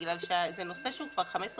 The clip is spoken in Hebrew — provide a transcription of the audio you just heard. בגלל שזה נושא שהוא כבר 15 שנה,